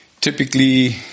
Typically